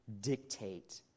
dictate